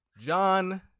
John